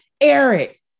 Eric